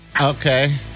Okay